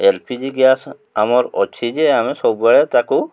L P G gas ଆମର୍ ଅଛି ଯେ ଆମେ ସବୁବେଳେ ତାକୁ